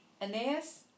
Aeneas